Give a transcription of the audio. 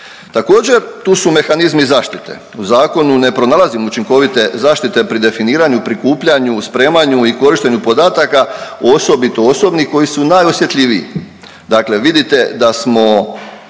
Također, tu su mehanizmi zaštite. U zakonu ne pronalazim učinkovite zaštite pri definiranju, prikupljanju, spremanju i korištenju podataka osobito osobnih koji su najosjetljiviji. Dakle, vidite da smo